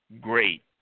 great